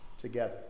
together